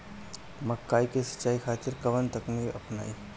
मकई के सिंचाई खातिर कवन तकनीक अपनाई?